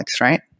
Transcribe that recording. right